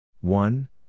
One